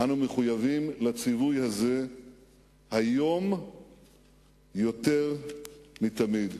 אנו מחויבים לציווי הזה היום יותר מתמיד.